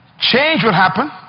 change will happen,